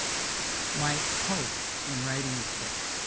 my hope, in writing this book,